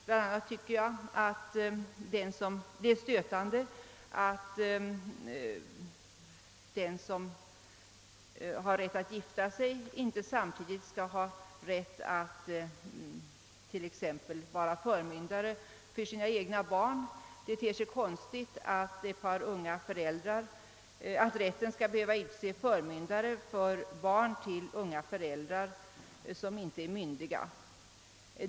Bland annat tycker jag att den som har rätt att gifta sig samtidigt skall ha rätt att vara förmyndare för sina egna barn. Det ter sig konstigt att rätten skall behöva utse förmyndare för barn till unga föräldrar som inte är myndiga.